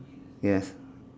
yes